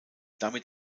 damit